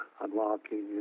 unlocking